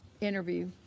interview